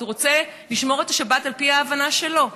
הוא רוצה לשמור את השבת על פי ההבנה שלו,